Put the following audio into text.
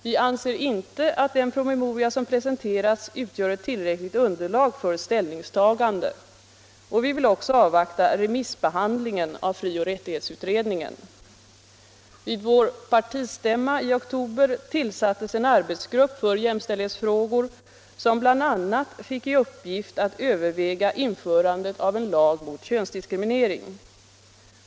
Vi anser inte att den promemoria som presenterats utgör ett tillräckligt underlag för ställningstagande, och vi vill också avvakta remissbehandlingen av frioch rättighetsutredningen. Vid vår partistämma i oktober tillsattes en arbetsgrupp för jämställdhetsfrågor som bl.a. fick i uppdrag att överväga införandet av en lag mot könsdiskriminering.